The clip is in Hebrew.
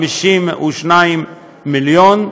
52 מיליון,